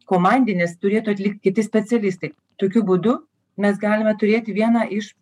komandinis turėtų atlikt kiti specialistai tokiu būdu mes galime turėti vieną iš